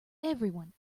everyone